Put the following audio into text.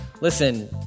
Listen